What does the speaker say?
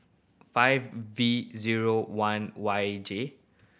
five V zero one Y J